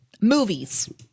movies